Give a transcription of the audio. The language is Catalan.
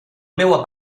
meua